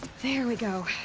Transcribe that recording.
there we go.